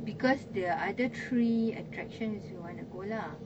because the other three attractions we want to go lah